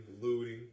looting